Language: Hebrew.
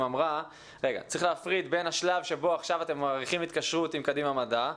צריך להפריד בין השלב שבו אתם מאריכים התקשרות עם קדימה מדע,